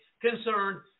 concerned